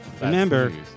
remember